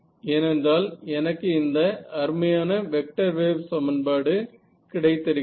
ஏனென்றால் எனக்கு இந்த அருமையான வெக்டர் வேவ் சமன்பாடு கிடைத்திருக்கிறது